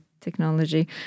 technology